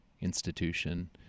institution